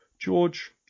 George